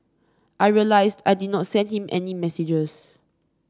I realised I did not send him any messages